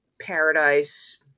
paradise